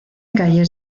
calles